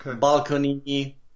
balcony